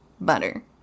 Butter